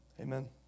Amen